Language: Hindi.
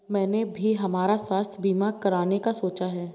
मैंने भी हमारा स्वास्थ्य बीमा कराने का सोचा है